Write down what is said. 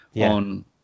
on